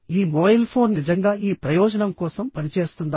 ఈ mobile phone నిజంగా ఈ ప్రయోజనం కోసం పనిచేస్తుందా